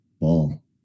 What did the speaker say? ball